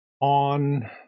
on